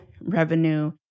revenue